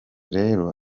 rero